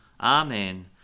Amen